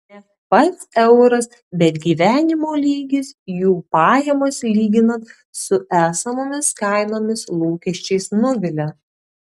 ne pats euras bet gyvenimo lygis jų pajamos lyginant su esamomis kainomis lūkesčiais nuvilia